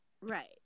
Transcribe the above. Right